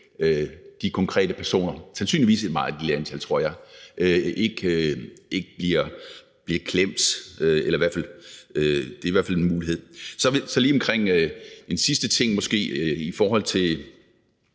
de konkrete personer, sandsynligvis et meget lille antal, tror jeg, ikke bliver klemt. Det er i hvert fald en mulighed. En sidste ting i forhold til